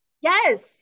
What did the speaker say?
Yes